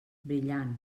brillant